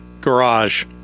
garage